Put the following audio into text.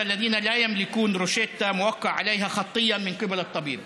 לחולים שאין ברשותם מרשם חתום בכתב בידי רופא.